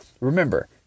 Remember